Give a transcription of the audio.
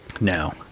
no